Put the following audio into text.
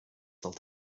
del